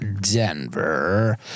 Denver